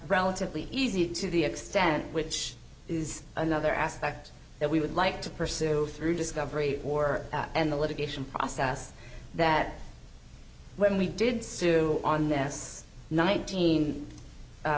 relatively easy to the extent which is another aspect that we would like to pursue through discovery or and the litigation process that when we did sue on this nineteen